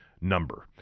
number